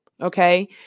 Okay